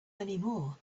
anymore